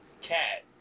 Cat